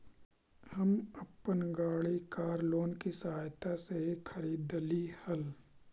हम अपन गाड़ी कार लोन की सहायता से ही खरीदली हल